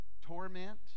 torment